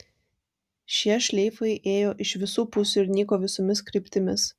šie šleifai ėjo iš visų pusių ir nyko visomis kryptimis